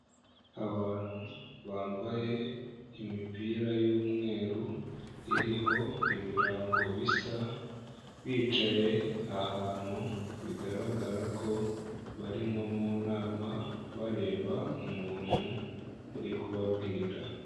Abantu bambaye imipira y'umweru iriho ibirango bisa, bicaye ahantu bigaragara ko bari nko mu nama, bareba umuntu uri kubabwira.